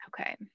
Okay